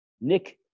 Nick